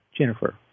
Jennifer